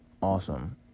awesome